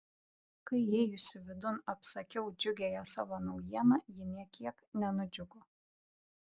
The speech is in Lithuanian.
kai įėjusi vidun apsakiau džiugiąją savo naujieną ji nė kiek nenudžiugo